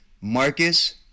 Marcus